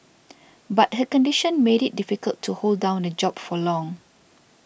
but her condition made it difficult to hold down a job for long